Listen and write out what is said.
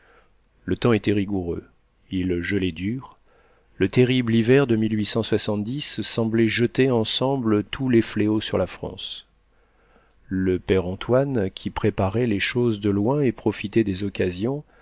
le temps était rigoureux il gelait dur le terrible hiver de semblait jeter ensemble tous les fléaux sur la france le père antoine qui préparait les choses de loin et profitait des occasions